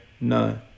No